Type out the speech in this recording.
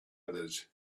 others